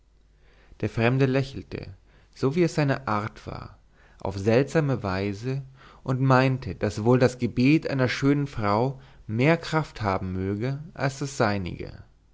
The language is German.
der fremde lächelte so wie es seine art war auf seltsame weise und meinte daß wohl das gebet einer schönen frau mehr kraft haben möge als das seinige